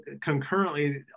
concurrently